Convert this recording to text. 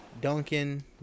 Duncan